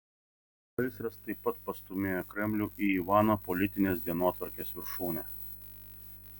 gaisras taip pat pastūmėjo kremlių į ivano politinės dienotvarkės viršūnę